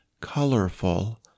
colorful